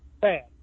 bad